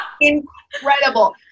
incredible